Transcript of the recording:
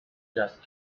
just